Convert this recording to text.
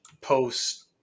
post